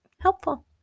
helpful